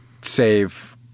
save